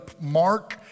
mark